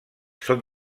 són